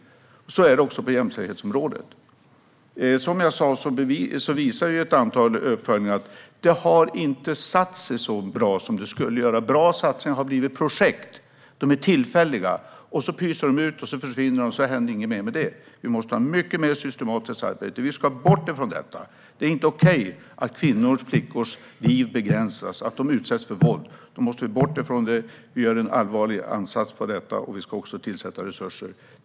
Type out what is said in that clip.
Så är det också på jämställdhetsområdet. Som jag sa visar ett antal uppföljningar att det inte har satt sig så bra som det skulle. Bra satsningar har blivit tillfälliga projekt som pyser ut och försvinner, och sedan händer inget mer. Vi måste ha ett mycket mer systematiskt arbete. Vi ska bort från detta. Det är inte okej att flickors och kvinnors liv begränsas och att de utsätts för våld. Vi måste bort från det, och därför gör vi en allvarlig ansats för det och tillsätter också resurser.